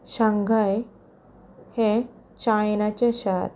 Shanghai हें चायनाचें शार